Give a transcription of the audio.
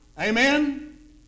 Amen